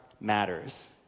matters